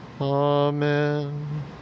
Amen